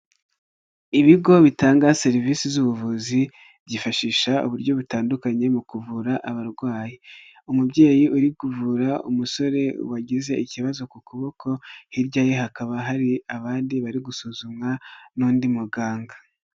Ibigo bitanga serivisi z'ubuvuzi byifashisha uburyo butandukanye mu kuvura abarwayi, umubyeyi uri kuvura umusore wagize ikibazo ku kuboko hirya ye hakaba hari abandi bari gusuzumwa n'undi muganga.